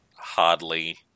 hardly